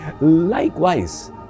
Likewise